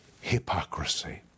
hypocrisy